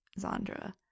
Zandra